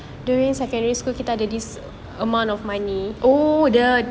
oh the